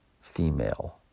female